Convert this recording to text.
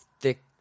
thick